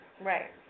Right